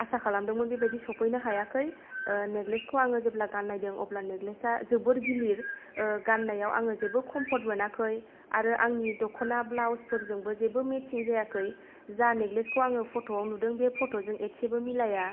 आसा खालमदोंमोन बेबायदि सौफैनो हायाखै नेक्लेसखौ आं जेब्ला गाननायदों अब्ला नेकलेसआ जोबोर गिलिर गाननायाव आंगो जेबो कम्फर्ट मोनाखै आरो आंनि दख'न ब्लाउसफोरजोंबो जेबो मेचिं जायाखै जा नेक्लेसखौ आं फट'आव नुदों बे फट'जों एसेबो मिलाया